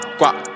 guap